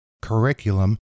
curriculum